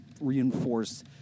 reinforce